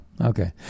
okay